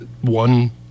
one